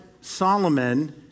Solomon